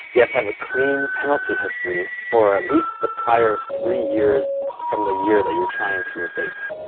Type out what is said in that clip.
you have to have a clean penalty history for at least the prior three years from the year that you're trying to abate.